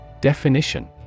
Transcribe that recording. definition